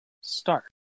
start